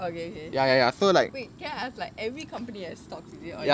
okay okay wait can I ask like so every company got stocks is it or is it just